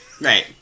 Right